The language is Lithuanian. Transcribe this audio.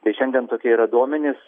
tai šiandien tokie yra duomenys